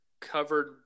covered